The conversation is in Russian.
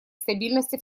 стабильности